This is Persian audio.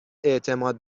اعتماد